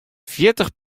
fjirtich